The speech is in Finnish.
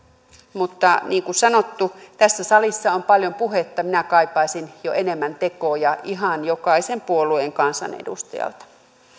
mutta niin kuin sanottu tässä salissa on paljon puhetta minä kaipaisin jo enemmän tekoja ihan jokaisen puolueen kansanedustajalta